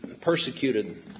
persecuted